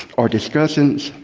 our discussants,